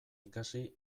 ikasi